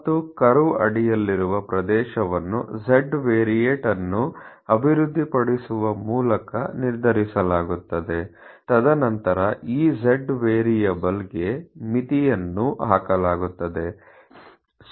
ಮತ್ತು ಕರ್ವ್ ಅಡಿಯಲ್ಲಿರುವ ಪ್ರದೇಶವನ್ನು z ವೇರಿಯೇಟ್ ಅನ್ನು ಅಭಿವೃದ್ಧಿಪಡಿಸುವ ಮೂಲಕ ನಿರ್ಧರಿಸಲಾಗುತ್ತದೆ ತದನಂತರ ಈ z ವೇರಿಯೇಬಲ್ ಗೆ ಮಿತಿಯನ್ನು ಹಾಕಲಾಗುತ್ತದೆ